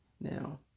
now